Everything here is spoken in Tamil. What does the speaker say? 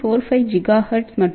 45 ஜிகாஹெர்ட்ஸ் 2